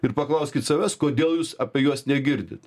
ir paklauskit savęs kodėl jūs apie juos negirdit